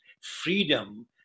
Freedom